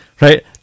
Right